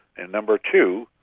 and number two,